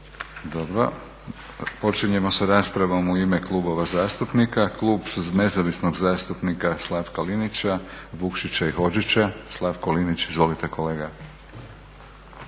Dobro. Počinjemo sa raspravom u ime klubova zastupnika. Klub nezavisnog zastupnika Slavka Linića, Vukšića i Hodžića, Slavko Linić. Izvolite kolega.